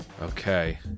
okay